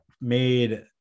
made